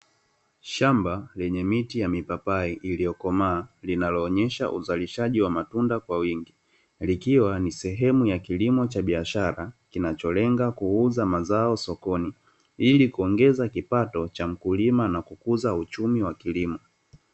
Shamba lenye miti ya mipapai iliyokomaa, linayoonyesha uzalishaji wa matunda kwa wingi. Likiwa ni sehemu ya kilimo cha biashara, kinacholenga kuuza mazao sokoni, ili kuongeza kipato cha mkulima na kukuza uchumi wa kilimo.